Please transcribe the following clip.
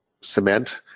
cement